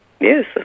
yes